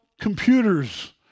computers